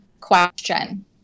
question